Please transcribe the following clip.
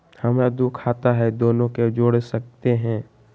हमरा दू खाता हय, दोनो के जोड़ सकते है?